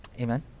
Amen